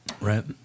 Right